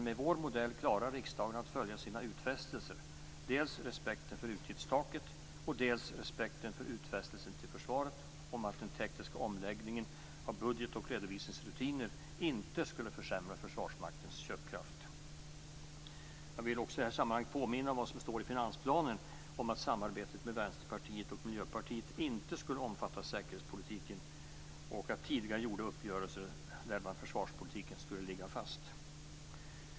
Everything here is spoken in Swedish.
Med vår modell klarar riksdagen att följa sina utfästelser, dels respekten för utgiftstaket, dels respekten för utfästelsen till försvaret om att den tekniska omläggningen av budgeterings och redovisningsrutiner inte skulle försämra Jag vill i detta sammanhang också påminna om vad som står i finansplanen om att samarbetet med Vänsterpartiet och Miljöpartiet inte skulle omfatta säkerhetspolitiken, och att tidigare gjorda uppgörelser, däribland om försvarspolitiken, ligger fast.